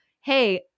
hey